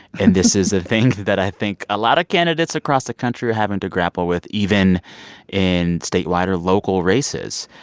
and this is a thing that i think a lot of candidates across the country are having to grapple with, even in statewide or local races.